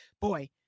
boy